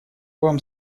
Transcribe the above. вам